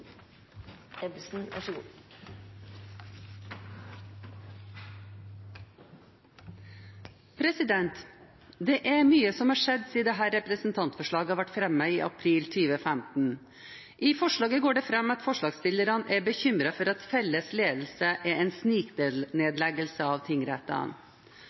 som har skjedd siden dette representantforslaget ble fremmet i april 2015. I forslaget går det fram at forslagsstillerne er bekymret for at felles ledelse er en sniknedleggelse av